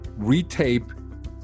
retape